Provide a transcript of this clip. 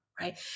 right